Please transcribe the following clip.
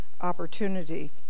opportunity